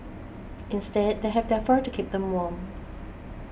instead they have their fur to keep them warm